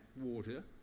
water